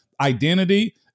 identity